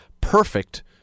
perfect